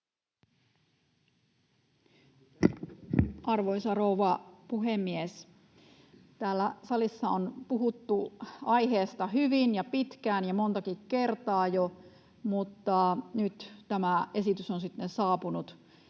Arvoisa rouva puhemies! Täällä salissa on puhuttu aiheesta hyvin ja pitkään ja montakin kertaa jo, mutta nyt tämä esitys on sitten saapunut